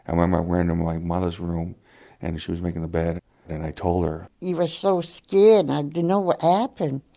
i remember um i ran to my mother's room and she was making the bed and i told her. he was so scared and i didn't know what ah happened.